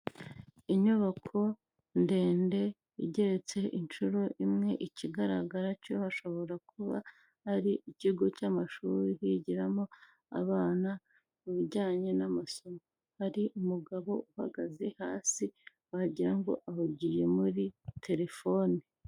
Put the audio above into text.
Inyubako ndende, igeretse inshuro imwe, ikigaragara cyo hashobora kuba ari ikigo cy'amashuri, higiramo abana mu bijyanye n'amasomo. Hari umugabo uhagaze hasi wagira ngo ahugiye muri terefone.